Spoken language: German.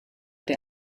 der